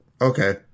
Okay